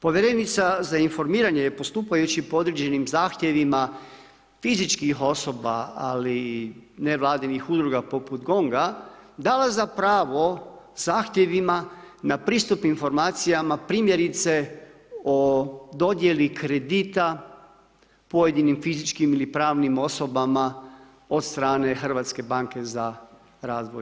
Povjerenica za informiranje je postupajući po određenim zahtjevima fizičkih osoba ali i nevladinih udruga poput GONG-a dala za pravo zahtjevima na pristup informacijama primjerice o dodjeli kredita pojedinim fizičkim ili pravnim osobama od strane HBOR-a.